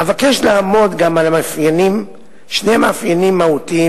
אבקש לעמוד גם על שני מאפיינים מהותיים